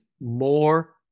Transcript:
more